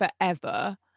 forever